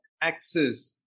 axis